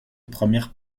premières